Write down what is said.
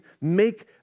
make